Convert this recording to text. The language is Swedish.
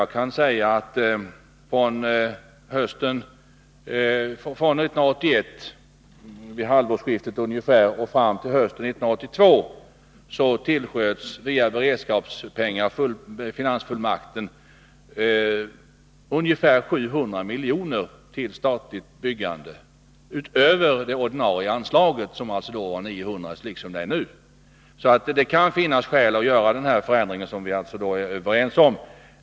Från halvårsskiftet 1981 fram till hösten 1982 tillsköts beredskapsmedel via finansfullmakten med ungefär 700 miljoner till statligt byggande utöver det ordinarie anslaget, som då liksom nu var 900 miljoner. Det kan därför finnas skäl för denna förändring, som vi alltså är överens om.